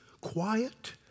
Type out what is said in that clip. quiet